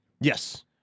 Yes